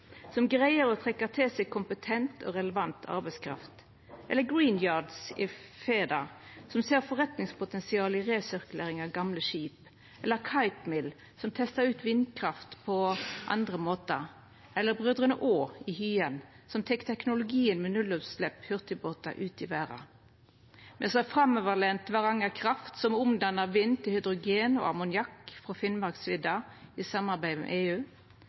som greier å trekkja til seg kompetent og relevant arbeidskraft. Me har også tru på Green Yard i Feda som ser forretningspotensial i resirkulering av gamle skip, eller Kitemill som testar ut vindkraft på andre måtar, eller Brødrene Aa i Hyen – som tek teknologien med nullutslepp hurtigbåtar ut i verda. Me ser framoverlente Varanger Kraft som omdannar vind til hydrogen og ammoniakk på Finnmarksvidda i samarbeid med EU.